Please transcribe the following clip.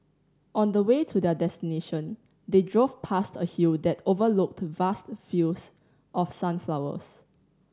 on the way to their destination they drove past a hill that overlooked vast fields of sunflowers